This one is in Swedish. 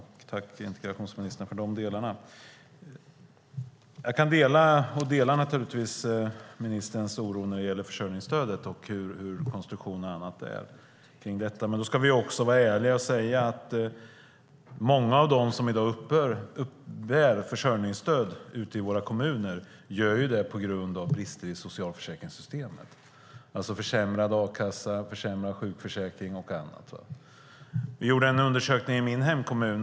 Herr talman! Jag delar naturligtvis ministerns oro när det gäller försörjningsstödet och konstruktionen för detta. Då ska vi vara ärliga och säga att många av dem som i dag uppbär försörjningsstöd ute i våra kommuner gör det på grund av brister i socialförsäkringssystemet - försämrad a-kassa, försämrad sjukförsäkring och annat. Vi gjorde en undersökning i min hemkommun.